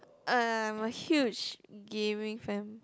uh I'm a huge gaming fan